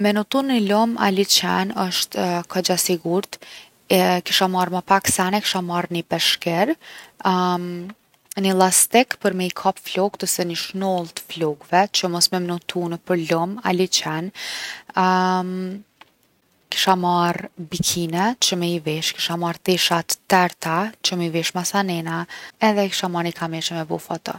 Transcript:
Me notu ni lumë a liqen osht kogja sigurt. kisha marr ma pak sene, kisha marr ni peshkir ni llastik për me i kap flokt ose ni shnoll t’flokve, që mos me m’notu nëpër lum a liqen. Kisha marr bikine që me i vesh, kisha t’terta që mi vesh masanena. Edhe e kisha marr ni kamer’ që me bo foto.